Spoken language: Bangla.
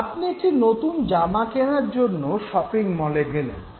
আপনি একটি নতুন জামা কেনার জন্য শপিং মলে গেলেন